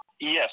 Yes